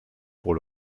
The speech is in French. pour